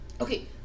Okay